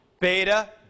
beta